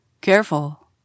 Careful